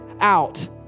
out